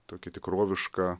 tokį tikrovišką